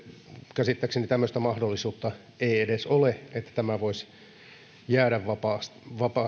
käsittääkseni tämmöistä mahdollisuutta ei edes ole että tämä kapasiteetti voisi jäädä vajaaksi